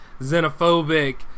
xenophobic